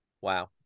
Wow